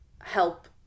help